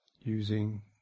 using